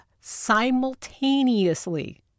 simultaneously